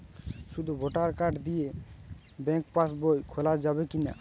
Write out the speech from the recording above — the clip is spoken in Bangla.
শুধু ভোটার কার্ড দিয়ে ব্যাঙ্ক পাশ বই খোলা যাবে কিনা?